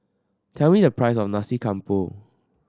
tell me the price of Nasi Campur